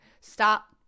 stop